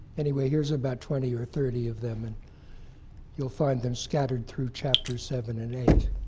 anyway, here's about twenty or thirty of them. and you'll find them scattered through chapters seven and eight.